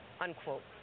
unquote